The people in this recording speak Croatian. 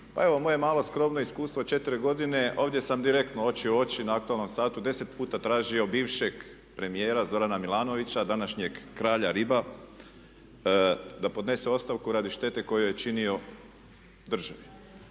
Pa evo moje malo skromno iskustvo od četiri godine ovdje sam direktno oči u oči na aktualnom satu 10 puta tražio bivšeg premijera Zorana Milanovića, današnjeg kralja riba, da podnese ostavku radi štete koju je činio državi.